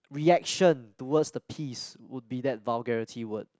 reaction towards the piece would be that vulgarity word